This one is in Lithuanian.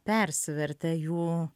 persivertė jų